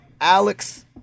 Alex